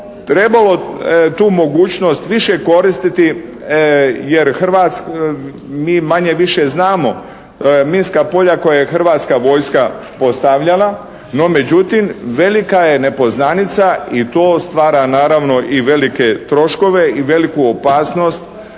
trebalo tu mogućnost više koristiti jer mi manje-više znamo minska polja koje je Hrvatska vojska postavljala, no međutim velika je nepoznanica i to stvara naravno i velike troškove i veliku opasnost